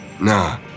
Nah